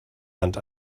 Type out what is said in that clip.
hand